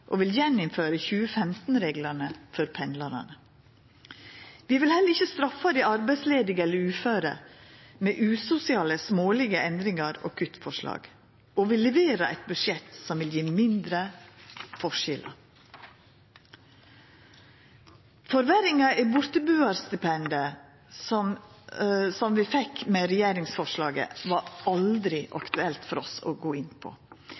og vil innføra 2015-reglane for pendlarane igjen. Vi vil heller ikkje straffa dei arbeidsledige eller dei uføre med usosiale, smålege endringar og kuttforslag, og vi leverer eit budsjett som vil gje mindre forskjellar. Forverringa i bortebuarstipendet som vi fekk med regjeringsforslaget, var det aldri aktuelt for oss å gå inn